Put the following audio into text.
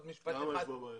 למה יש בה בעיה?